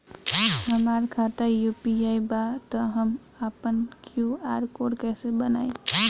हमार खाता यू.पी.आई बा त हम आपन क्यू.आर कोड कैसे बनाई?